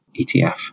ETF